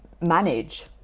manage